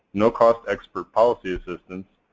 no cost expert policy assistance,